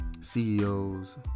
CEOs